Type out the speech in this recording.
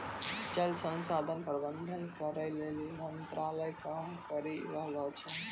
जल संसाधन प्रबंधन करै लेली मंत्रालय काम करी रहलो छै